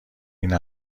این